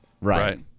right